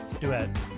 duet